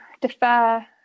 defer